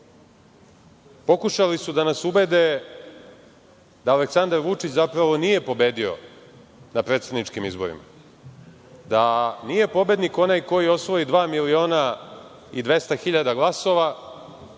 Pokušali su da nas ubede da Aleksandar Vučić zapravo nije pobedio na predsedničkim izborima, da nije pobednik onaj koji osvoji dva miliona i 200 hiljada glasova